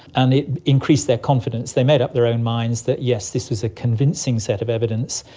and it increased their confidence. they made up their own minds that, yes, this was a convincing set of evidence.